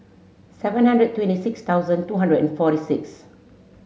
seven hundred twenty six thousand two hundred and forty six